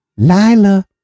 Lila